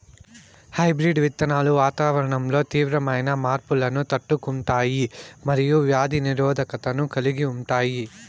hybrid విత్తనాలు వాతావరణంలో తీవ్రమైన మార్పులను తట్టుకుంటాయి మరియు వ్యాధి నిరోధకతను కలిగి ఉంటాయి